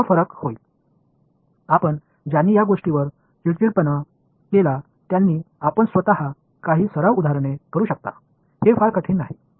யாருக்கெல்லாம் இது மிகவும் கடினமாக இருக்கின்றதோ அவர்கள் ஒரு சில பயிற்சி எடுத்துக்காட்டுகளை தாங்களாகவே செய்யலாம் அது மிகவும் கடினம் அல்ல